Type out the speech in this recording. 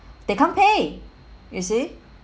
they can't pay you see